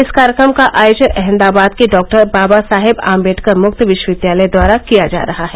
इस कार्यक्रम का आयोजन अहमदाबाद के डॉक्टर बाबा साहेब आम्बेडकर मुक्त विश्वविद्यालय द्वारा किया जा रहा है